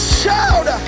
shout